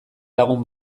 lagun